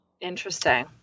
Interesting